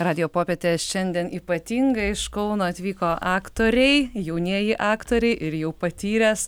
radijo popietė šiandien ypatinga iš kauno atvyko aktoriai jaunieji aktoriai ir jau patyręs